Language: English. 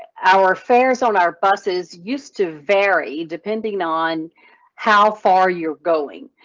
ah our fares on our buses used to vary depending on how far you're going,